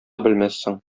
белмәссең